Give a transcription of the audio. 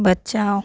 बचाओ